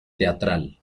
teatral